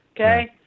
okay